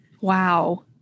Wow